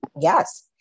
Yes